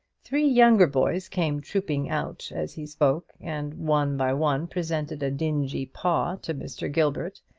three younger boys came trooping out as he spoke, and one by one presented a dingy paw to mr. gilbert.